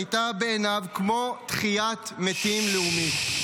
שהייתה בעיניו כמו תחיית מתים לאומית.